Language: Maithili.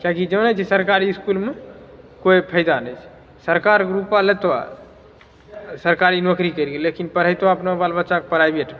किआकि जानैत छियै सरकारी इसकुलमे कोइ फायदा नहि छै सरकारके रूपआ लेतहुँ सरकारी नौकरी करैके लिए लेकिन पढ़ेतहुँ अपना बाल बच्चाके प्राइभेटमे